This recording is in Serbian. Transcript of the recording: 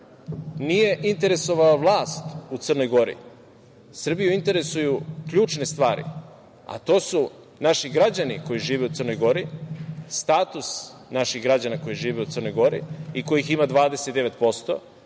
nije interesovala vlast u Crnoj Gori, Srbiju interesuju ključne stvari, a to su naši građani koji žive u Crnoj Gori, status naših građana koji žive u Crnoj Gori i kojih ima 29%.